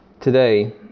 today